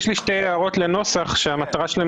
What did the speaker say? יש לי שתי הערות לנוסח שהמטרה שלהן